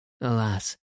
Alas